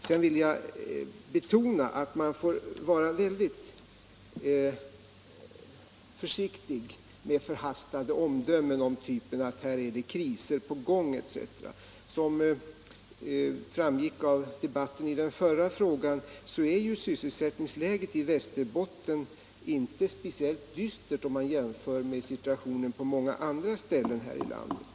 Sedan vill jag betona att man får vara mycket försiktig med förhastade omdömen av typen ”här är det kriser på gång” etc. Som framgick av debatten i den förra frågan är sysselsättningsläget i Västerbotten inte speciellt dystert, om man jämför med situationen på många andra ställen här i landet.